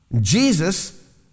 Jesus